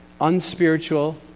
unspiritual